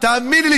תאמיני לי,